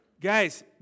Guys